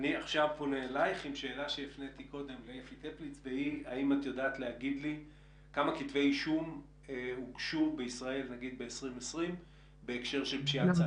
האם את יודעת כמה כתבי אישום הוגשו בישראל ב-2020 בהקשר של פשיעה.